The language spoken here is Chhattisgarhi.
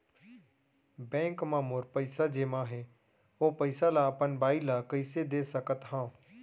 बैंक म मोर पइसा जेमा हे, ओ पइसा ला अपन बाई ला कइसे दे सकत हव?